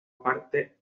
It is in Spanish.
parte